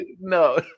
No